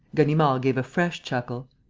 ganimard gave a fresh chuckle.